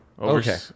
Okay